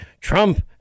Trump